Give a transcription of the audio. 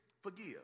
forgive